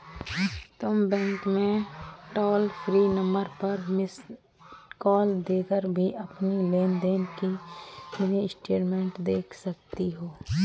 तुम बैंक के toll free number पर मिस्ड कॉल देकर भी अपनी लेन देन की मिनी स्टेटमेंट देख सकती हो